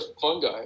fungi